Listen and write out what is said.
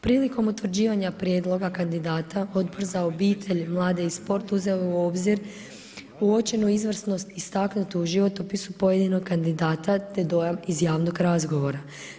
Prilikom utvrđivanja prijedloga kandidata Odbor za obitelj, mlade i sport uzeo je u obzir uočenu izvrsnost istaknutu u životopisu pojedinog kandidata te dojam iz javnog razgovora.